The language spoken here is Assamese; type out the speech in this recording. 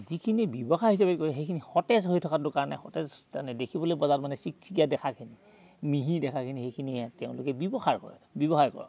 যিখিনি ব্যৱসায় হিচাপে কৰে সেইখিনি সতেজ হৈ থকাটোৰ কাৰণে সতেজতা দেখিবলৈ বজাত মানে চিকচিকিয়া দেখাখিনি মিহি দেখাখিনি সেইখিনিহে তেওঁলোকে ব্যৱসায় কৰে ব্যৱসায় কৰে